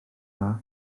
dda